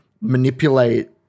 manipulate